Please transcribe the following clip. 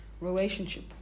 relationship